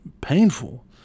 painful